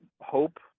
hope